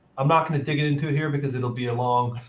i'm not going to dig it into here, because it would be a long